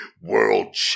world